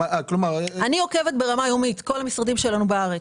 אני עוקבת ברמה יומית בכל המשרדים שלנו בארץ.